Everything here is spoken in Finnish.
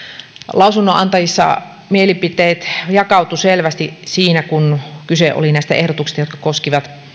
lausunnonantajissa mielipiteet jakautuivat selvästi siinä kun kyse oli näistä ehdotuksista jotka koskivat